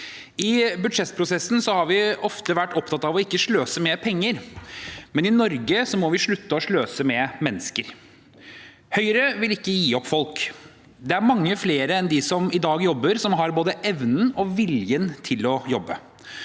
I budsjettprosessen har vi ofte vært opptatt av ikke å sløse med penger, men i Norge må vi slutte å sløse med mennesker. Høyre vil ikke gi opp folk. Det er mange flere enn dem som i dag jobber, som har både evnen og viljen til å jobbe.